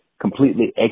completely